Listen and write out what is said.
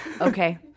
Okay